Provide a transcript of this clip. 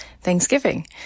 Thanksgiving